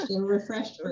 refreshed